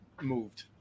moved